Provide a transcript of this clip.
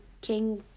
King